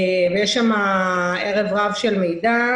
ויש שם ערב רב של מידע.